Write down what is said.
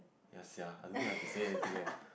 ya sia I don't think I have been saying anything eh